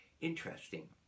interesting